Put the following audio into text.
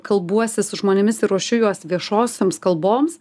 kalbuosi su žmonėmis ir ruošiu juos viešosioms kalboms